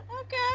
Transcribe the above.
okay